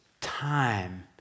time